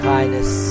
Kindness